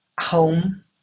home